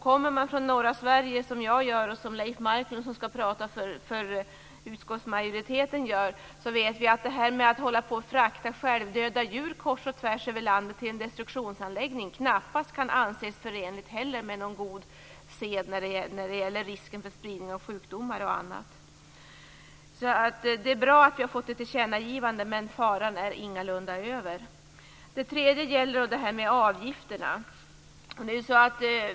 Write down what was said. Kommer man från norra Sverige som jag och Leif Marklund, som skall tala för utskottsmajoriteten, tycker man att fraktande av självdöda djur kors och tvärs över landet till en destruktionsanläggning knappast kan anses förenligt med någon god sed när det gäller risken för spridning av sjukdomar och sådant. Det är bra att vi får ett tillkännagivande, men faran är ingalunda över. Det tredje gäller avgifterna.